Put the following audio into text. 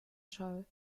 scholl